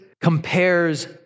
compares